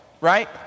Right